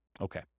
Okay